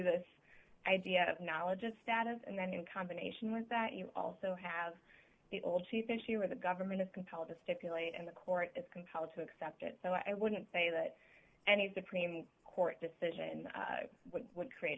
this idea of knowledge and status and then in combination with that you also have the old chief issue where the government is compelled to stipulate and the court is compelled to accept it so i wouldn't say that any supreme court decision what would create